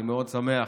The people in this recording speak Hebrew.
אני מאוד שמח